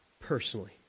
personally